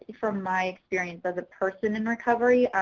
for my experience as a person in recovery,